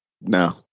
No